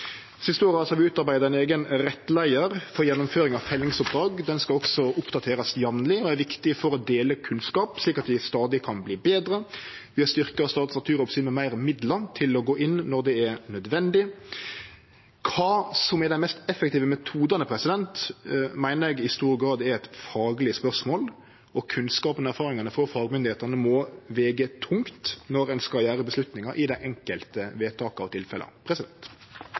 har vi utarbeidd ein eigen rettleiar for gjennomføring av fellingsoppdrag. Han skal også oppdaterast jamleg og er viktig for å dele kunnskap, slik at vi stadig kan verte betre. Vi har styrkt Statens naturoppsyn med meir midlar til å gå inn når det er nødvendig. Kva som er dei mest effektive metodane, meiner eg i stor grad er eit fagleg spørsmål, og kunnskapen og erfaringane frå fagmyndigheitene må vege tungt når ein skal ta avgjerder i dei enkelte vedtaka og tilfella.